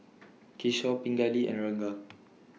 Kishore Pingali and Ranga